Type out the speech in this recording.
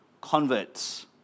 converts